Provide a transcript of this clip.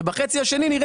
ובחצי השנה,